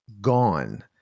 gone